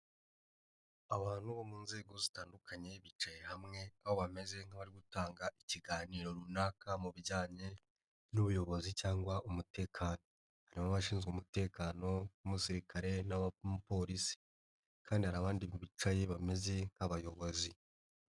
Abantu bo mu nzego zitandukanye bicaye hamwe, aho bameze nk'abari gutanga ikiganiro runaka mu bijyanye n'ubuyobozi cyangwa umutekano, harimo abashinzwe umutekano nk'umusirikare n'umupolisi kandi hari abandi bicaye bameze nk'abayobozi.